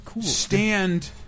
stand